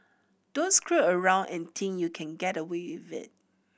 don't screw around and think you can get away with it